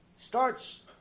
starts